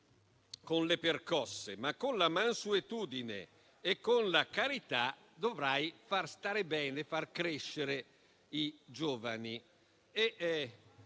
con le percosse, ma con la mansuetudine e con la carità avrebbe dovuto far stare bene e crescere i giovani.